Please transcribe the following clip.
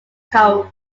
cold